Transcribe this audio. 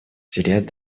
терять